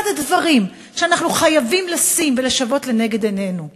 אחד הדברים שאנחנו חייבים לשים ולשוות לנגד עינינו זה,